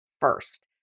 first